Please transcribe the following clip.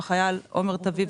החייל עומר טביב,